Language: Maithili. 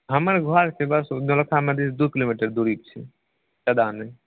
हमर घर छै बस ओ नौलक्खा मंदिरसँ दू किलोमीटर कऽ दूरी छै जादा नहि